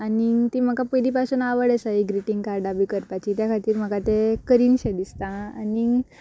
आनीग ती म्हाका पयली पासून आवड आसा ग्रिटींग कार्डा बी करपाची त्या खातीर म्हाका ते करीनशें दिसता आनीग